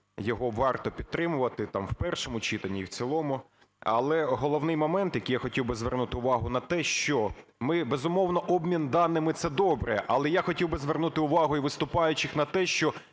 Його варто підтримувати там в першому читанні і в цілому. Але головний момент, на який я хотів звернути увагу, на те, що ми… безумовно, обмін даними – це добре. Але я хотів би звернути увагу і виступаючих на те, що